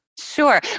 Sure